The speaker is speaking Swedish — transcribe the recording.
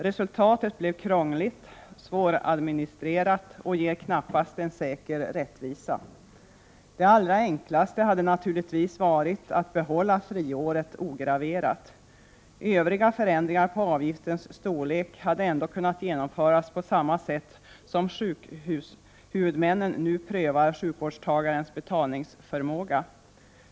Resultatet blev krångligt och svåradministrerat och ger knappast en säker rättvisa. Det allra enklaste hade naturligtvis varit att behålla friåret ograverat. Övriga förändringar på avgiftens storlek hade ändå kunnat genomföras på samma sätt som sjukhushuvudmännen nu prövar sjukvårdstagarens betalningsförmåga.